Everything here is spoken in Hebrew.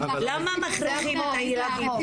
למה מכריחים את הילדים,